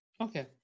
Okay